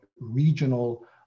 regional